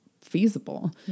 feasible